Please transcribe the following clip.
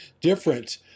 different